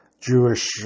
Jewish